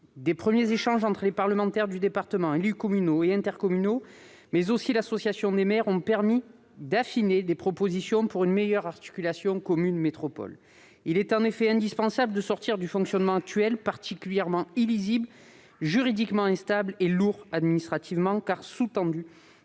De premiers échanges entre les parlementaires du département, les élus communaux et intercommunaux, mais aussi avec l'association des maires du département, ont permis d'affiner des propositions pour une meilleure articulation commune-métropole. Il est en effet indispensable de sortir du fonctionnement actuel particulièrement illisible, juridiquement instable et lourd administrativement, car sous-tendu